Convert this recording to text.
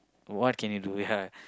what what can you do ya